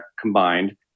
combined